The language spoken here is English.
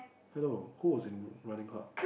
hello who was in running court